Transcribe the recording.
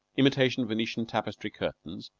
imitation venetian tapestry curtains,